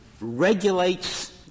regulates